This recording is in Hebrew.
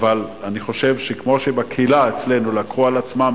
אבל אני חושב שכמו שבקהילה אצלנו לקחו על עצמם